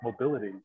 mobility